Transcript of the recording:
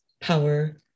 power